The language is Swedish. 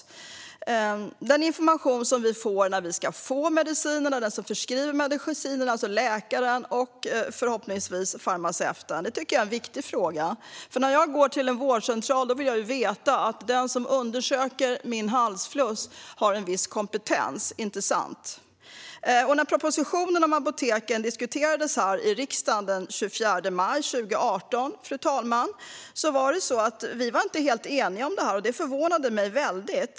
Vilken information vi får av dem som förskriver och expedierar medicinen, alltså läkaren och förhoppningsvis farmaceuten, tycker jag är en viktig fråga. När man går till en vårdcentral vill man ju veta att den som undersöker ens halsfluss har en viss kompetens, inte sant? När propositionen om apoteken diskuterades här i riksdagen den 24 maj 2018 var vi inte helt eniga om detta, och det förvånade mig.